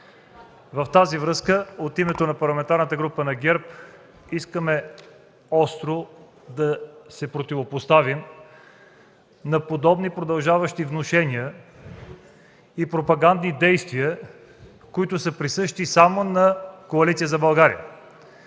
В тази връзка от името на Парламентарната група на ГЕРБ искаме остро да се противопоставим на подобни продължаващи внушения и пропагандни действия, които са присъщи само на Коалиция за България!